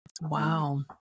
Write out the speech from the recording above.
Wow